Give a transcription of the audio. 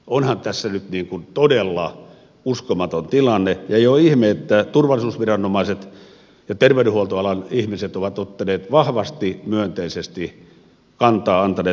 onhan tässä nyt todella uskomaton tilanne ja ei ole ihme että turvallisuusviranomaiset ja terveydenhuoltoalan ihmiset ovat ottaneet vahvasti myönteisesti kantaa antaneet palautetta